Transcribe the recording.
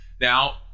Now